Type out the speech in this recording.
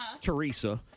Teresa